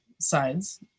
sides